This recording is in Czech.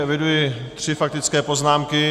Eviduji tři faktické poznámky.